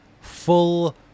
full